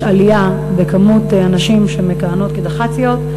יש עלייה במספר הנשים שמכהנות כדח"ציות,